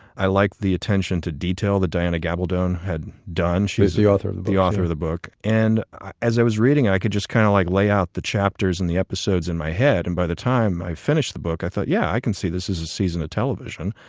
i like the attention to detail that diana gabaldon had done she is the author the author of the book and as i was reading. i could just kind of, like, lay out the chapters in the episodes in my head. and by the time i finished the book i thought, yeah, i can see this as a season of television.